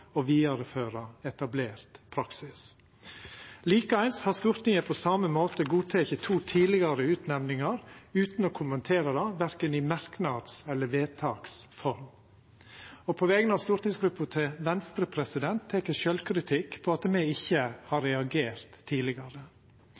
vidareføra etablert praksis. På same måte har Stortinget godteke to tidlegare utnemningar utan å kommentera det verken i merknads eller i vedtaks form. På vegner av stortingsgruppa til Venstre tek eg sjølvkritikk på at me ikkje har